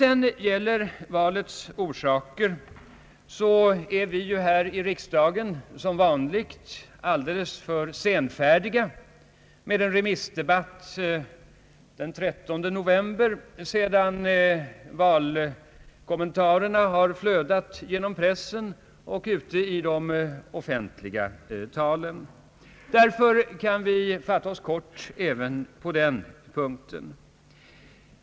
Allmänpolitisk debatt Som vanligt är vi här i riksdagen alldeles för senfärdiga med en remissdebatt, den 13 november. Kommentarerna till valet har redan flödat genom pressen och i de offentliga talen. Därför kan jag fatta mig kort även på den punkten.